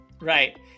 Right